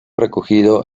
recogido